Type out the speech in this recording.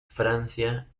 francia